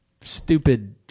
stupid